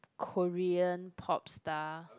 Korean pop star